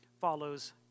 follows